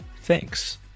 Thanks